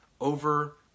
over